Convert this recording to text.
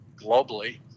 globally